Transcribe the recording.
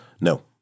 No